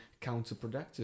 counterproductive